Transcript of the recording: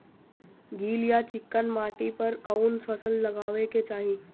गील या चिकन माटी पर कउन फसल लगावे के चाही?